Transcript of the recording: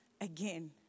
again